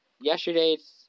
yesterday's